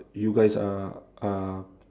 you guys are are